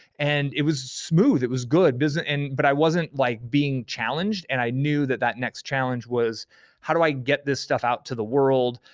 and it was smooth, it was good, and but i wasn't like being challenged and i knew that that next challenge was how do i get this stuff out to the world,